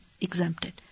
exempted